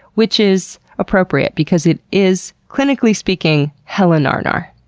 which is appropriate because it is, clinically speaking, hella gnar-gnar.